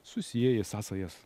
susieji sąsajas